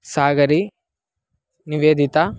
सागरी निवेदिता